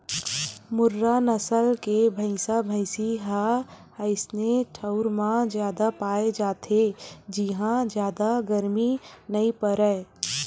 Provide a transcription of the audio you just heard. मुर्रा नसल के भइसा भइसी ह अइसे ठउर म जादा पाए जाथे जिंहा जादा गरमी नइ परय